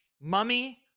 Mummy